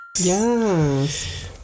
yes